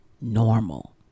normal